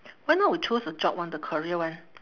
why not we choose the job one the career one